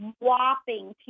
whopping